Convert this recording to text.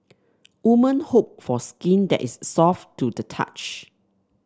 woman hope for skin that is soft to the touch